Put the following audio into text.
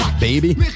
baby